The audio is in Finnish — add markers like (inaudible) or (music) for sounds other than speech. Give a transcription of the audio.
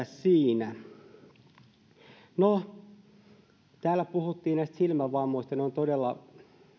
(unintelligible) siinä täällä puhuttiin silmävammoista ne ovat todella